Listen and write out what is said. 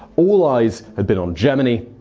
all eyes had been on germany,